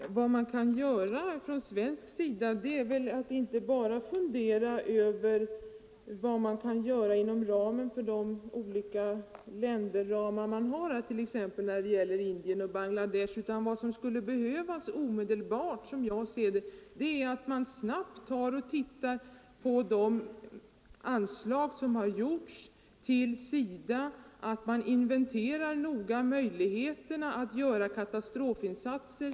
31 oktober 1974 Herr talman! Vi bör väl inte bara fundera över vad som kan göras inom de länderramar vi har, när det t.ex. gäller Indien och Bangladesh, utan G j JEN ; Indien och Banglaatt vi snabbt ser över de anslag som beviljats till SIDA och noga inventerar desk möjligheterna att ordna med katastrofinsatser.